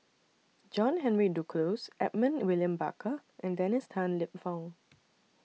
John Henry Duclos Edmund William Barker and Dennis Tan Lip Fong